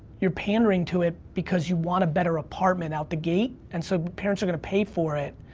you're pandering to it because you want a better apartment out the gate, and so, parents are going to pay for it,